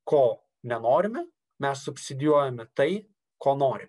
ko nenorime mes subsidijuojame tai ko norim